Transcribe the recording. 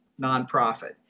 nonprofit